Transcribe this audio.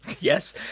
yes